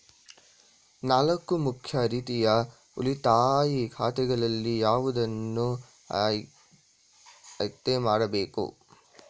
ನಾಲ್ಕು ಮುಖ್ಯ ರೀತಿಯ ಉಳಿತಾಯ ಖಾತೆಗಳಲ್ಲಿ ಯಾವುದನ್ನು ಆಯ್ಕೆ ಮಾಡಬೇಕು?